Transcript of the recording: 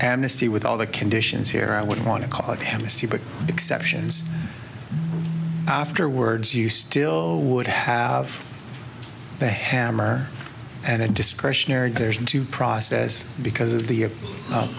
amnesty with all the conditions here i wouldn't want to call it amnesty but exceptions afterwards you still would have the hammer and discretionary there's into process because of the